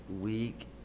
week